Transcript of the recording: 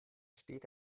steht